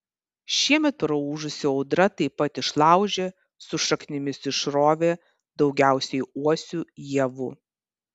šiemet praūžusi audra taip pat išlaužė su šaknimis išrovė daugiausiai uosių ievų